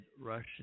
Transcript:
Russian